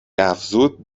افزود